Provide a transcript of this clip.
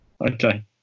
Okay